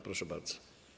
Proszę bardzo.